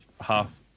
half